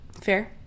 Fair